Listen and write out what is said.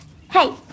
Hey